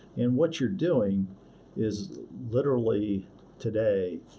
and what you're doing is literally today,